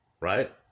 right